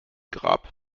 grab